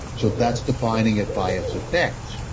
so, that's defining it by its effects.